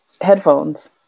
headphones